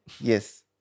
yes